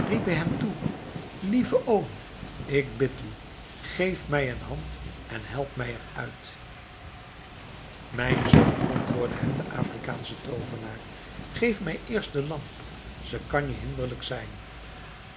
toe lieve oom ik bid u geef mij een hand en help mij eruit mijn zoon antwoordde hem de afrikaansche toovenaar geef mij eerst de lamp ze kan je hinderlijk zijn